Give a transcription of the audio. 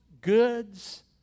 goods